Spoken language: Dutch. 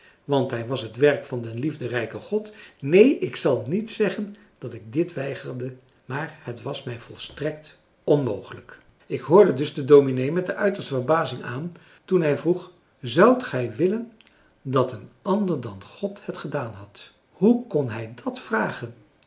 want hij was het werk van den liefderijken god neen ik zal niet zeggen dat ik dit weigerde maar het was mij volstrekt onmogelijk ik hoorde dus den dominee met de uiterste verbazing aan toen hij vroeg zoudt gij willen dat een ander dan god het gedaan had hoe kon hij dat vragen